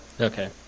Okay